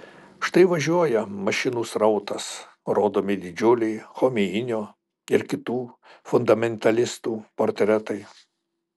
štai važiuoja mašinų srautas rodomi didžiuliai chomeinio ir kitų fundamentalistų portretai